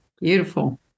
Beautiful